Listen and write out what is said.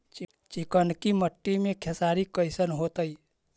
चिकनकी मट्टी मे खेसारी कैसन होतै?